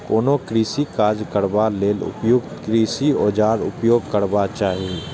कोनो कृषि काज करबा लेल उपयुक्त कृषि औजारक उपयोग करबाक चाही